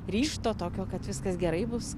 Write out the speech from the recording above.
ryžto tokio kad viskas gerai bus